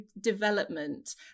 development